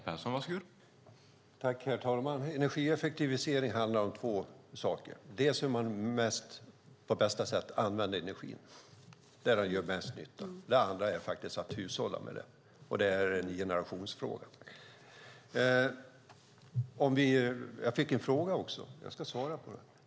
Herr talman! Energieffektivisering handlar om två saker. Den ena är hur man på bästa sätt använder energin där den gör bäst nytta. Den andra är att hushålla med energi. Det är en generationsfråga. Jag fick en fråga som jag ska svara på.